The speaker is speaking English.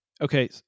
Okay